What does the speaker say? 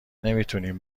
نمیتونیم